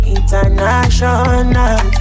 International